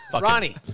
Ronnie